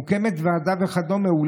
ומוקמת ועדה וכדומה,